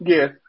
Yes